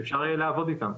שאפשר יהיה לעבוד איתם.